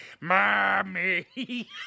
Mommy